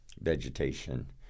vegetation